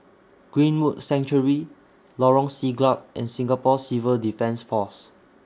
Greenwood Sanctuary Lorong Siglap and Singapore Civil Defence Force